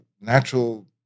natural